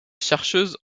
chercheuse